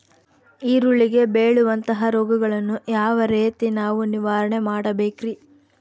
ಈರುಳ್ಳಿಗೆ ಬೇಳುವಂತಹ ರೋಗಗಳನ್ನು ಯಾವ ರೇತಿ ನಾವು ನಿವಾರಣೆ ಮಾಡಬೇಕ್ರಿ?